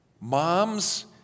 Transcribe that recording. Moms